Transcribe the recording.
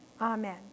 Amen